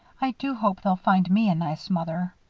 i do hope they'll find me a nice mother.